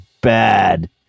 bad